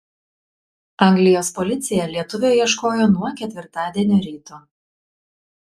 anglijos policija lietuvio ieškojo nuo ketvirtadienio ryto